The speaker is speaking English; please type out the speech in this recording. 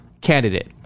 candidate